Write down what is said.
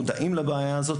מודעים לבעיה הזו,